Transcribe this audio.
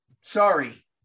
sorry